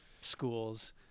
schools